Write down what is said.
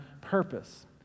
purpose